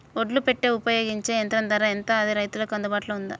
ఒడ్లు పెట్టే ఉపయోగించే యంత్రం ధర ఎంత అది రైతులకు అందుబాటులో ఉందా?